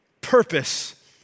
Purpose